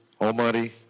Almighty